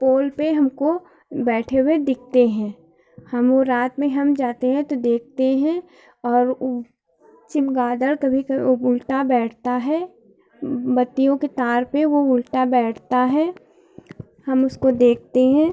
पोल पर हमको बैठे हुए दिखते हैं हम वह रात में हम जाते हैं तो देखते हैं और वह चमगादड़ कभी कभी वह उल्टा बैठता है बत्तियों के तार पर वह उल्टा बैठता है हम उसको देखते हैं